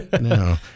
no